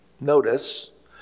Notice